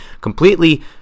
completely